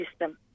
system